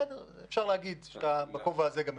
בסדר, אבל אפשר להגיד שאתה מדבר גם בכובע הזה.